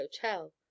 hotel